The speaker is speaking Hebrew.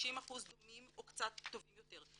60% דומים או קצת טובים יותר.